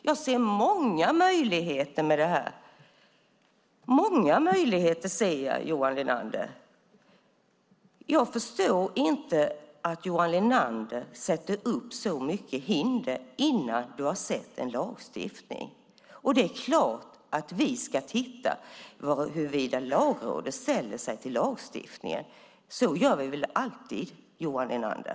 Jag ser många möjligheter med detta, Johan Linander. Jag förstår inte att du sätter upp så mycket hinder innan du har sett en lagstiftning, Johan Linander. Det är klart att vi ska titta på hur Lagrådet ställer sig till lagstiftningen. Så gör vi väl alltid, Johan Linander.